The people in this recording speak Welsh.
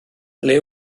ble